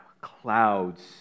clouds